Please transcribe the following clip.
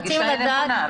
זאת גישה נכונה.